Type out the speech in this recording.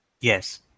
Yes